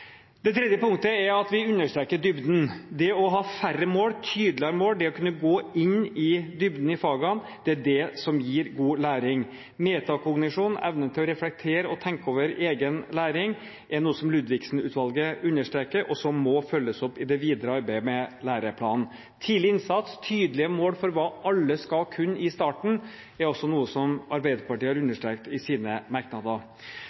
Det tredje punktet er at vi understreker dybden. Det å ha færre og tydeligere mål, det å kunne gå i dybden i fagene er det som gir god læring. Metakognisjon, evnen til å reflektere og tenke over egen læring, er noe som Ludvigsen-utvalget understreker, og som må følges opp i det videre arbeidet med læreplanen. Tidlig innsats og tydelige mål for hva alle skal kunne i starten, er også noe som Arbeiderpartiet har understreket i sine merknader.